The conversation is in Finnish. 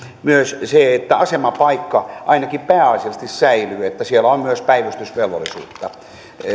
myös se että asemapaikka ainakin pääasiallisesti säilyy että siellä on myös päivystysvelvollisuutta